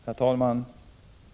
Herr talman!